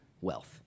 wealth